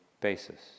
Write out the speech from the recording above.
basis